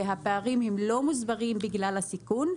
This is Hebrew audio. והפערים לא מוסברים על ידי הסיכון.